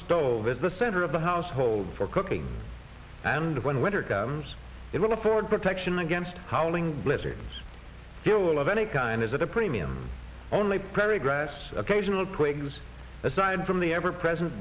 stove is the center of the household for cooking and when winter comes it will afford protection against howling blizzards here well of any kind is at a premium only prairie grass occasional twigs aside from the ever present